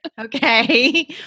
Okay